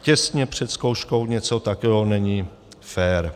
Těsně před zkouškou něco takového není fér.